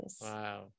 Wow